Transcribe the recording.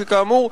שכאמור,